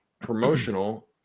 promotional